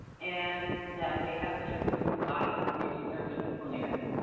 and that they have been approved by the committee, interdisciplinary.